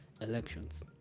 elections